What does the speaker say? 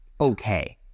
okay